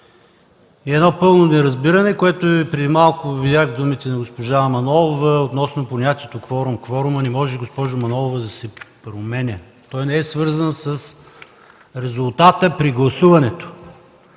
и едно пълно неразбиране, което преди малко видях в думите на госпожа Манолова, относно понятието „кворум”. Госпожо Манолова, кворумът не може да се променя. Той не е свързан с резултата при гласуването.